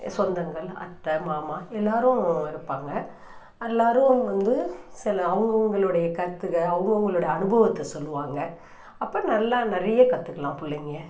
சொந்தங்கள் அத்தை மாமா எல்லாரும் இருப்பாங்க எல்லாரும் வந்து சில அவங்கவுங்களுடைய கருத்துக அவங்கவுங்களோட அனுபவத்தை சொல்லுவாங்க அப்போ நல்லா நிறைய கற்றுக்கலாம் பிள்ளைங்க